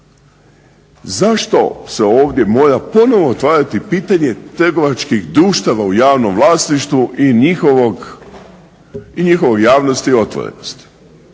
Zašto se ovdje mora ponovo otvarati pitanje trgovačkih društava u javnom vlasništvu i njihove javnosti i otvorenosti.